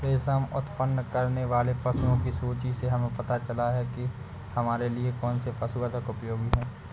रेशम उत्पन्न करने वाले पशुओं की सूची से हमें पता चलता है कि हमारे लिए कौन से पशु अधिक उपयोगी हैं